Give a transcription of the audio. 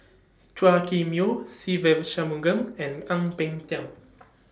Chua Kim Yeow Se Ve Shanmugam and Ang Peng Tiam